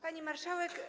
Pani Marszałek!